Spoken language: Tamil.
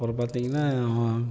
அப்பறம் பார்த்திங்கன்னா